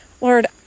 Lord